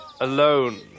alone